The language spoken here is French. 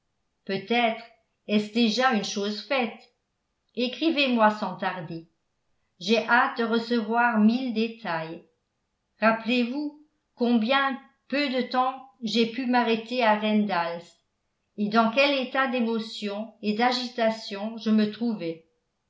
peut-être est-ce déjà une chose faite écrivez-moi sans tarder j'ai hâte de recevoir mille détails rappelez-vous combien peu peu de temps j'ai pu m'arrêter à randalls et dans quel état d'émotion et d'agitation je me trouvais